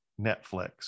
Netflix